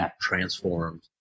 transformed